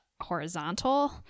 horizontal